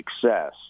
success